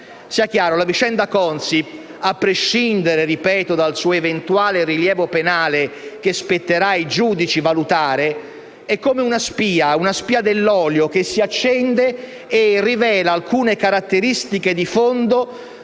la vicenda Consip, a prescindere dal suo eventuale rilievo penale, che spetterà ai giudici valutare, è come una spia dell'olio, che si accende e rivela alcune caratteristiche di fondo